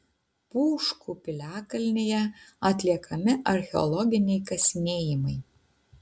pūškų piliakalnyje atliekami archeologiniai kasinėjimai